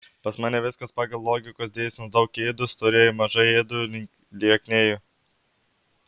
pas mane viskas pagal logikos dėsnius daug ėdu storėju mažai ėdu lieknėju